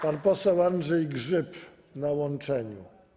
Pan poseł Andrzej Grzyb na łączeniu.